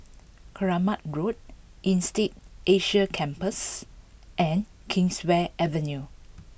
Kramat Road Insead Asia Campus and Kingswear Avenue